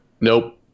Nope